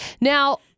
Now